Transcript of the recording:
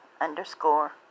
underscore